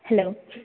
hello